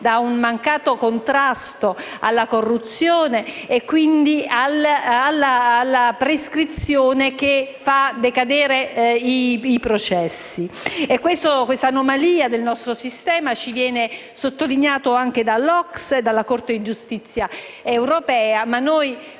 da un mancato contrasto alla corruzione e quindi dalla prescrizione, che fa decadere i processi. Questa anomalia del nostro sistema viene sottolineata anche dall'OCSE e dalla Corte di giustizia europea, ma,